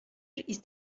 ist